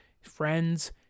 friends